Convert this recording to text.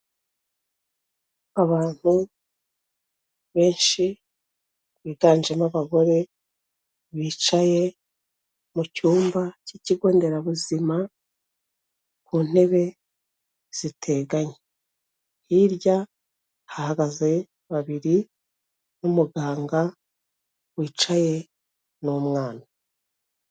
Abantu benshi biganjemo abagore bicaye mu cyumba cy'ikigo nderabuzima ku ntebe ziteganye hirya hahagaze babiri n'umuganga wicaye n'umwana.